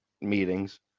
meetings